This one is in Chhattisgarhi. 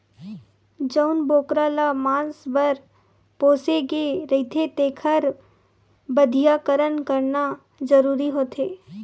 जउन बोकरा ल मांस बर पोसे गे रहिथे तेखर बधियाकरन करना जरूरी होथे